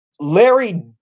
Larry